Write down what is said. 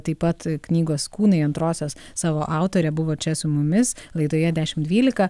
taip pat knygos kūnai antrosios savo autorė buvo čia su mumis laidoje dešimt dvylika